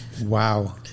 Wow